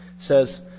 says